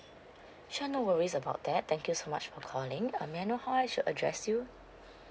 sure no worries about that thank you so much for calling um may I know how I should address you